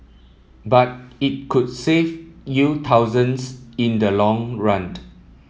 but it could save you thousands in the long run